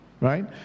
Right